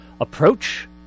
approach